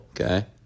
Okay